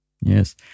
Yes